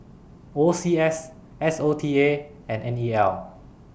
O C S S O T A and N E L